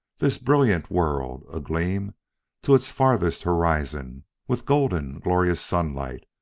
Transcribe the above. this brilliant world a-gleam to its farthest horizon with golden, glorious sunlight,